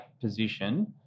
position